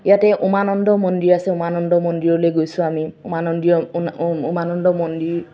ইয়াতে উমানন্দ মন্দিৰ আছে উমানন্দ মন্দিৰলে গৈছোঁ আমি উমানন্দ মন্দিৰ